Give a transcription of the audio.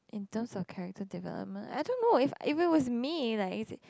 in terms of character development I don't know if if it was me right it's